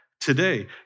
today